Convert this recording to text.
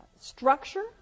structure